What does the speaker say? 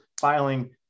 filing